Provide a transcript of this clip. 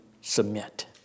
submit